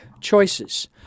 Choices